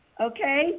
Okay